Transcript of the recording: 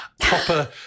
proper